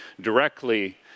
directly